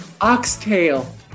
Oxtail